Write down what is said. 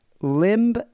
Limb